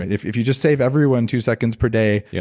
if if you just save everyone two seconds per day, yeah